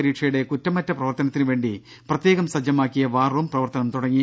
പരീക്ഷയുടെ കുറ്റമറ്റ പ്രവർത്തനത്തിന് വേണ്ടി പ്രത്യേകം സജ്ജമാക്കിയ വാർ റൂം പ്രവർത്തനം തുടങ്ങി